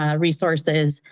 ah resources?